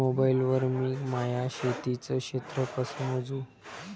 Mobile वर मी माया शेतीचं क्षेत्र कस मोजू?